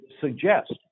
suggest